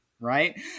right